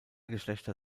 geschlechter